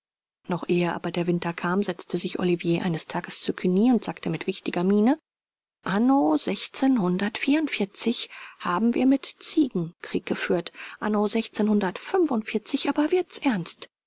noch ehe aber der winter kam setzte sich olivier eines tages zu cugny und sagte mit wichtiger miene anno haben wir mit ziegen krieg geführt anno aber wird's ernst